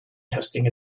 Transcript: testing